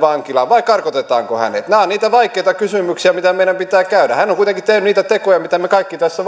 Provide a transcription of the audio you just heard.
vankilaan vai karkotetaanko hänet nämä ovat niitä vaikeita kysymyksiä joita meidän pitää käydä hän on kuitenkin tehnyt niitä tekoja joita me kaikki tässä